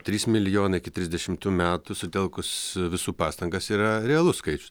trys milijonai iki trisdešimtų metų sutelkus visų pastangas yra realus skaičius